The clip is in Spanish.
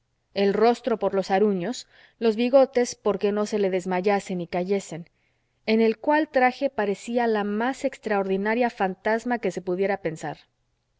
el rostro por los aruños los bigotes porque no se le desmayasen y cayesen en el cual traje parecía la más extraordinaria fantasma que se pudiera pensar